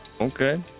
Okay